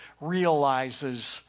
realizes